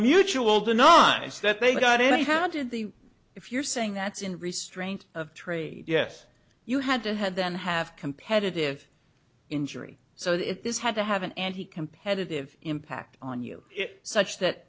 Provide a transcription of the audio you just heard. mutual do not is that they got any how did the if you're saying that's in restraint of trade yes you had to had them have competitive injury so if this had to have an anti competitive impact on you such that